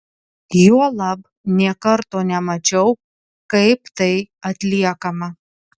juolab nė karto nemačiau kaip tai atliekama